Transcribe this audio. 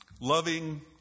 Loving